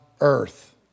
earth